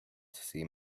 seem